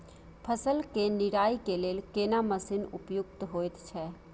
फसल के निराई के लेल केना मसीन उपयुक्त होयत छै?